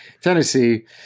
Tennessee –